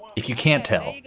if you can't tell,